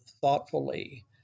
thoughtfully